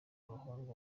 abahungu